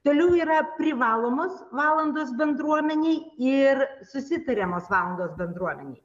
toliau yra privalomos valandos bendruomenėj ir susitariamos valandos bendruomenėj